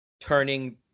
turning